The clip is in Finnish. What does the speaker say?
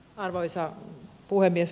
arvoisa puhemies